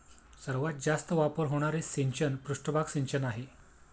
सर्वात जास्त वापर होणारे सिंचन पृष्ठभाग सिंचन आहे